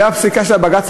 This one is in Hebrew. והפסיקה של בג"ץ,